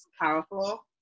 powerful